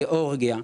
גיאורגיה,